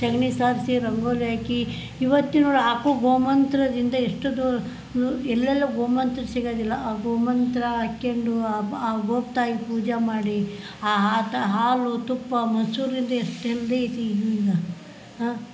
ಸಗ್ಣಿ ಸಾರಿಸಿ ರಂಗೋಲಿ ಹಾಕಿ ಇವತ್ತಿಗು ನೋಡು ಹಾಕೋ ಗೋಮೂತ್ರದಿಂದ ಎಷ್ಟು ದೊ ಎಲ್ಲೆಲ್ಲೊ ಗೋಮೂತ್ರ ಸಿಗೋದಿಲ್ಲ ಆ ಗೋಮೂತ್ರ ಹಾಕ್ಕೊಂಡು ಆ ಗೋತಾಯಿ ಪೂಜೆ ಮಾಡಿ ಆ ಹಾತ ಹಾಲು ತುಪ್ಪ ಮೊಸರಿಂದು ಎಷ್ಟು ಹೆಲ್ದಿ ಐತೆ ಇನ್ನು ಈಗ ಆಂ